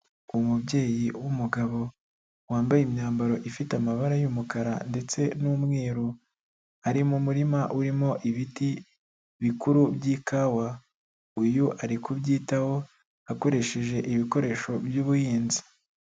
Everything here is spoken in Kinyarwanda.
Umubyeyi w'umugabo, wambaye imyambaro ifite amabara y'umukara ndetse n'umweru, ari mu murima urimo ibiti bikuru by'ikawa, uyu ari kubyitaho akoresheje ibikoresho by'ubuhinzi.